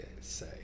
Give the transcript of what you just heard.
say